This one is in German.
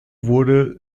wurde